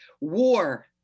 war